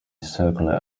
circular